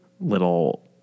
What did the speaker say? little